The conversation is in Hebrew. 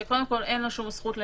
שאין לו שום זכות,